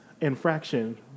infraction